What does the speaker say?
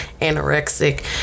anorexic